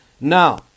Now